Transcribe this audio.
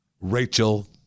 Rachel